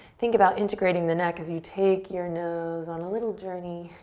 think about integrating the neck as you take your nose on a little journey